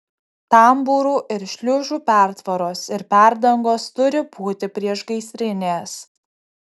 tambūrų ir šliuzų pertvaros ir perdangos turi būti priešgaisrinės